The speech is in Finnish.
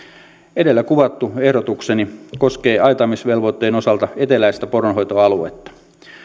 edellä kuvattu ehdotukseni koskee aitaamisvelvoitteen osalta eteläistä poronhoitoaluetta